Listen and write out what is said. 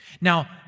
Now